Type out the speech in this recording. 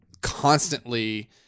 constantly